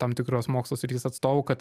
tam tikros mokslo srities atstovų kad